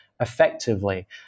effectively